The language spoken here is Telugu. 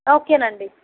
ఓకే అండి